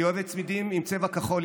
והיא אוהבת צמידים עם צבע כחול,